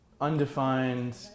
undefined